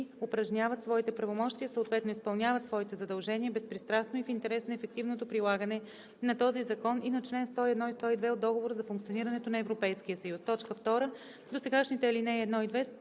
упражняват своите правомощия, съответно изпълняват своите задължения, безпристрастно и в интерес на ефективното прилагане на този закон и на чл. 101 и 102 от Договора за функционирането на Европейския съюз.“ 2. Досегашните ал. 1 и 2